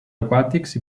aquàtics